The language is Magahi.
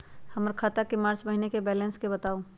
हमर खाता के मार्च महीने के बैलेंस के बताऊ?